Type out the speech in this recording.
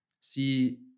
see